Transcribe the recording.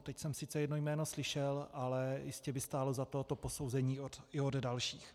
Teď jsem sice jedno jméno slyšel, ale jistě by stálo za to to posouzení i od dalších.